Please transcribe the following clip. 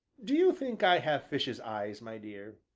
do you think i have fishes' eyes, my dear?